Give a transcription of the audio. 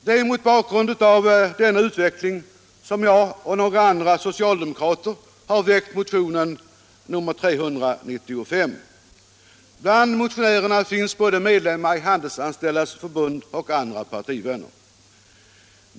Det är mot bakgrund av denna utveckling som jag och några andra socialdemokrater har väckt motionen 395. Bland motionärerna finns både medlemmar i Handelsanställdas förbund och andra partivänner.